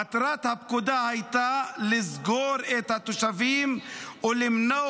מטרת הפקודה הייתה לסגור את התושבים או למנוע